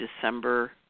December